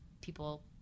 people